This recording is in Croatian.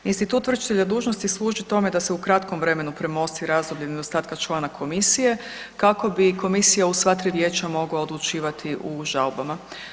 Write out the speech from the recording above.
Institut vršitelja dužnosti služi tome da se u kratkom vremenu premosti razdoblje nedostatka člana komisije kako bi komisija u sva tri vijeća mogla odlučivati u žalbama.